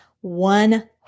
one